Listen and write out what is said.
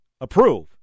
approve